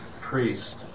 priest